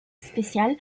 spécial